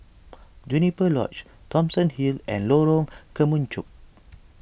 Juniper Lodge Thomson Hill and Lorong Kemunchup